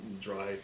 dry